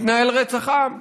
מתנהל רצח עם.